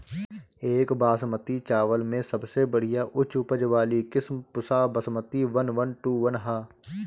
एक बासमती चावल में सबसे बढ़िया उच्च उपज वाली किस्म Pusa Basmati one one two one ह?